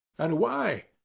and why?